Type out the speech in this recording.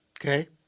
Okay